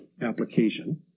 application